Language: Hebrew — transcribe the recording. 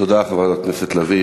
תודה, חברת הכנסת לביא.